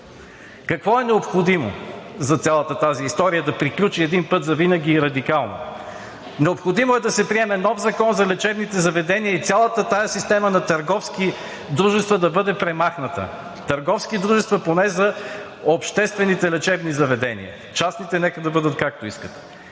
Какво е необходимо, за да приключи цялата тази история един път завинаги и радикално? Необходимо е да се приеме нов закон за лечебните заведения и цялата тази система на търговските дружества да бъде премахната – поне за обществените лечебни заведения, частните нека да бъдат както искат.